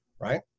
right